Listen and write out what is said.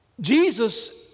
Jesus